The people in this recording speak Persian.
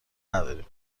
نداریم